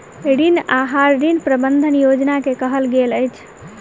ऋण आहार, ऋण प्रबंधन योजना के कहल गेल अछि